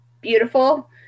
beautiful